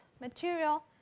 material